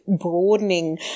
broadening